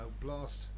blast